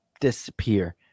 disappear